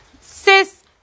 sis